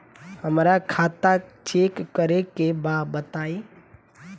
हमरा खाता चेक करे के बा बताई?